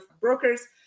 brokers